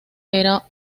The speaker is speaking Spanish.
era